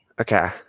Okay